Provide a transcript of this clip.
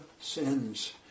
sins